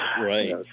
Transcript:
Right